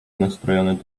nastrojony